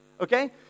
Okay